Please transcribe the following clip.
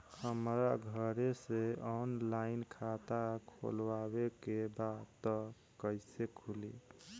हमरा घरे से ऑनलाइन खाता खोलवावे के बा त कइसे खुली?